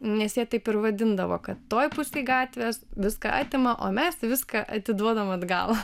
nes jie taip ir vadindavo kad toj pusėje gatvės viską atima o mes viską atiduodam atgal